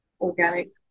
organic